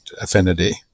affinity